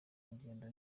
ngendo